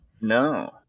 No